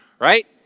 right